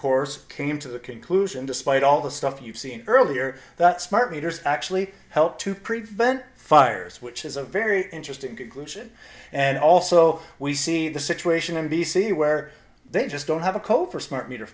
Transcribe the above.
course came to the conclusion despite all the stuff you've seen earlier that smart meters actually help to prevent fires which is a very interesting conclusion and also we see the situation in b c where they just don't have a co for smart meter